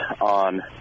on